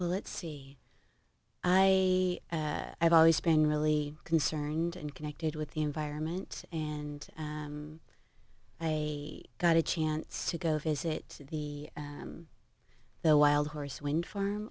let's see i have always been really concerned and connected with the environment and i got a chance to go visit the the wild horse wind farm